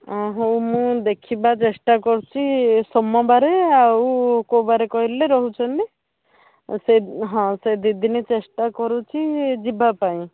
ଅଁ ହେଉ ମୁଁ ଦେଖିବା ଚେଷ୍ଟା କରୁଛି ସୋମବାରେ ଆଉ କେଉଁବାରେ କହିଲେ ରହୁଛନ୍ତି ସେଇ ହଁ ସେଇ ଦୁଇଦିନ ଚେଷ୍ଟା କରୁଛି ଯିବାପାଇଁ